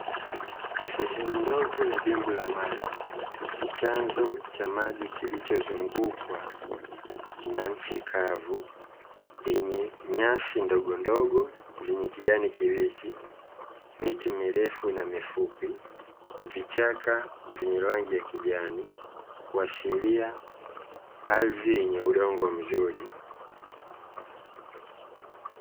Sehemu ndogo ya dimbwi la maji chanzo cha maji kilicho zungukwa na nchi kavu yenye nyasi ndogo ndogo zenye kijani kibichi, miti mirefu na mifupi, vichaka vyenye rangi ya kijani kuashiria ardhi yenye udongo mzuri.